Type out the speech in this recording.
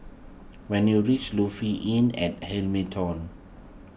when you reach Lofi Inn at Hamilton